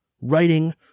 writing